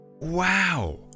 wow